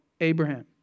Abraham